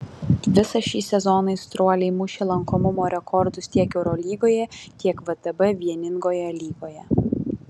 visą šį sezoną aistruoliai mušė lankomumo rekordus tiek eurolygoje tiek vtb vieningoje lygoje